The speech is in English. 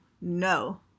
no